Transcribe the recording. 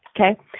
Okay